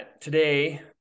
today